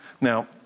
Now